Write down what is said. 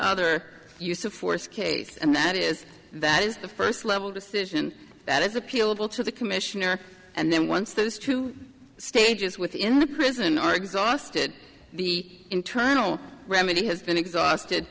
other use of force case and that is that is the first level decision that is appealable to the commissioner and then once those two stages within the prison are exhausted the internal remedy has been exhausted